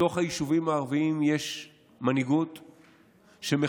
בתוך היישובים הערביים יש מנהיגות שמחכה,